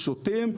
שותים,